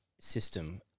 system